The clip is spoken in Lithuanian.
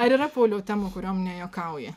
ar yra pauliau temų kuriom nejuokauji